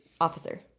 officer